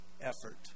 effort